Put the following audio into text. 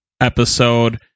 episode